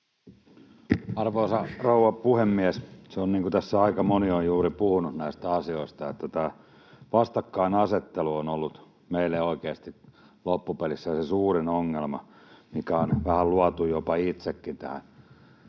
Arvoisa rouva puhemies! Se on niin kuin tässä aika moni on juuri puhunut näistä asioista, että tämä vastakkainasettelu on ollut meille oikeasti loppupelissä se suurin ongelma, mikä on vähän luotu jopa itse tähän